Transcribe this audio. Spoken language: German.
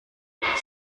ich